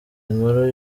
inkuru